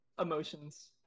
Emotions